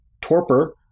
Torpor